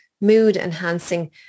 mood-enhancing